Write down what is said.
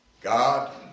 God